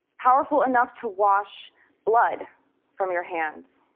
powerful enough to wash blood from your hands.